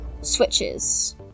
switches